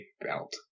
belt